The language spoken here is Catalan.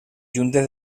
juntes